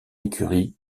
écurie